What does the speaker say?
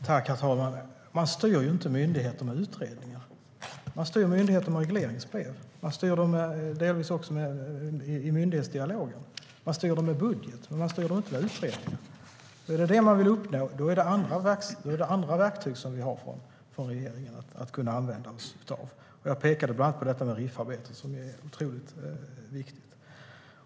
Herr talman! Man styr ju inte myndigheter med utredningar. Det gör man genom regleringsbrev och delvis i myndighetsdialoger. Man styr dem också med budget och inte med utredningar. Är det vad man vill uppnå så finns det andra verktyg som regeringen har att använda sig av - jag pekade bland annat på RIF-arbetet som är otroligt viktigt.